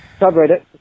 Subreddit